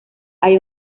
hay